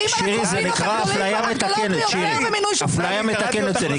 שירי, זה נקרא אפליה מתקנת, שירי.